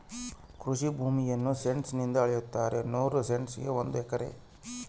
ಕೃಷಿ ಭೂಮಿಯನ್ನು ಸೆಂಟ್ಸ್ ನಿಂದ ಅಳೆಯುತ್ತಾರೆ ನೂರು ಸೆಂಟ್ಸ್ ಒಂದು ಎಕರೆ